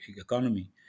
economy